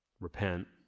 Repent